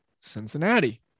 Cincinnati